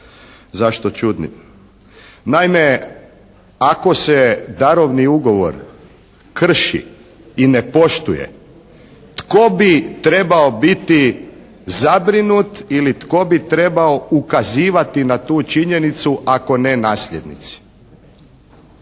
Zašto čudnim? Naime, ako se darovni ugovor krši i ne poštuje tko bi trebao biti zabrinut ili tko bi trebao ukazivati na tu činjenicu ako ne nasljednici?